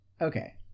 okay